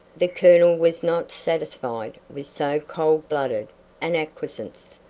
the colonel was not satisfied with so cold-blooded an acquiescence,